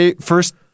first